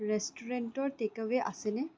ৰেষ্টুৰেণ্টৰ টেকএৱে' আছেনে